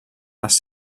les